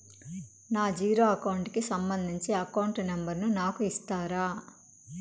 నా zero account కి సంబంధించి అకౌంట్ నెంబర్ ను నాకు ఇస్తారా